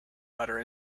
butter